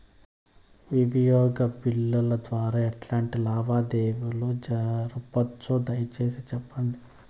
వినియోగ బిల్లుల ద్వారా ఎట్లాంటి లావాదేవీలు జరపొచ్చు, దయసేసి సెప్పండి?